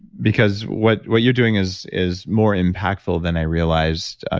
because what what you're doing is is more impactful than i realized. ah